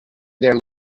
their